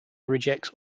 rejects